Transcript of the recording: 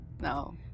no